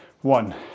one